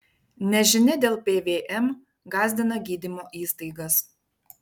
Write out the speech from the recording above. nežinia dėl pvm gąsdina gydymo įstaigas